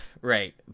Right